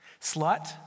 Slut